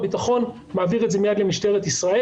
והביטחון מעביר את זה מיד למשטרת ישראל,